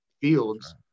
fields